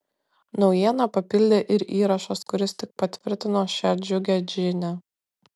naujieną papildė ir įrašas kuris tik patvirtino šią džiugią žinią